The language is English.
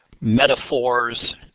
metaphors